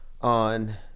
on